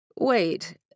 Wait